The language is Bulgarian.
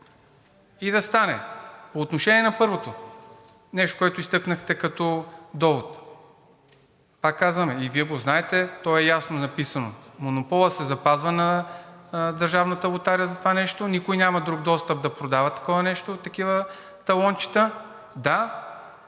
и да стане. По отношение на първото нещо, което изтъкнахте като довод. Пак казвам, и Вие го знаете, то е ясно написано – монополът на Държавната лотария за това нещо се запазва, никой няма друг достъп да продава такова нещо, такива талончета. Да,